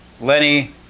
Lenny